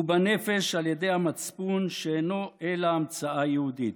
ובנפש על ידי המצפון, שאינו אלא המצאה יהודית".